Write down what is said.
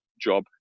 job